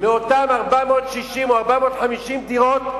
מאותן 460 או 450 דירות,